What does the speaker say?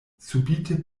subite